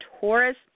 Taurus